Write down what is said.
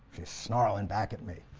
snarling back at me,